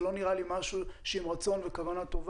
זה לא נראה לי משהו שאי אפשר לפתור אותו עם רצון וכוונה טובה.